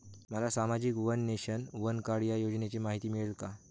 मला सामाजिक one nation, one card या योजनेची माहिती मिळेल का?